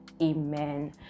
Amen